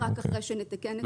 רק אחרי שנתקן את התקנות יוגשו.